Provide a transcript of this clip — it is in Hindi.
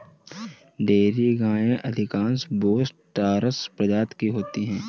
डेयरी गायें अधिकांश बोस टॉरस प्रजाति की होती हैं